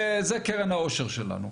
וזה קרן העושר שלנו.